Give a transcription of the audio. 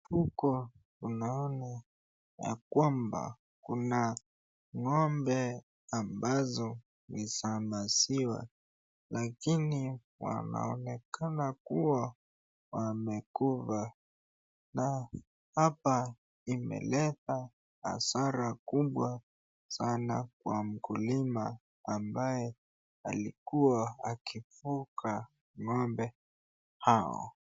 Huku naona ya kwamba kuna ngombe ambazo ni za maziwa. Lakini wanaonekana kua wamekufa. Hapa imeleta hasara kubwa kwa mkulima ambaye alikua akifuga ngombe hawa.